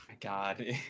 God